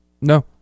No